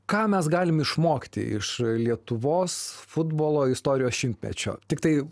ką mes galim išmokti iš lietuvos futbolo istorijos šimtmečio tiktai